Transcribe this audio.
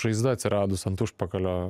žaizda atsiradus ant užpakalio